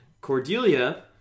Cordelia